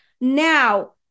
Now